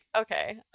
okay